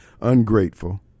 ungrateful